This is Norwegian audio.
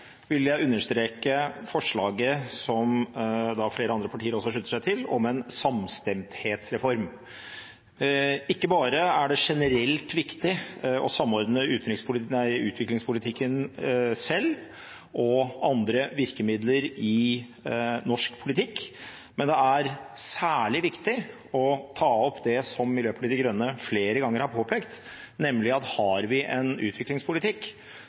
vil jeg understreke forslaget som flere andre partier også slutter seg til, om en samstemthetsreform. Ikke bare er det generelt viktig å samordne utviklingspolitikken selv og andre virkemidler i norsk politikk, men det er særlig viktig å ta opp det som Miljøpartiet De Grønne flere ganger har påpekt, nemlig at har vi en utviklingspolitikk,